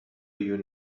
you